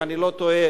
אם אני לא טועה,